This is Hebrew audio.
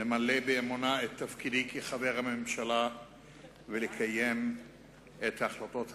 למלא באמונה את תפקידי כחבר הממשלה ולקיים את החלטות הכנסת.